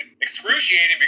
excruciating